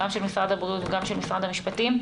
גם של משרד הבריאות וגם של משרד המשפטים,